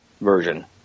version